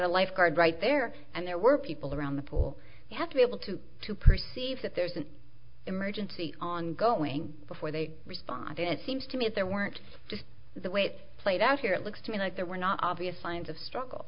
a lifeguard right there and there were people around the pool you have to be able to to perceive that there's an emergency ongoing before they respond and seems to me if there weren't just the way it's played out here it looks to me like there were not obvious signs of struggle